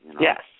Yes